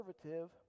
conservative